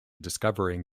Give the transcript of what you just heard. discovering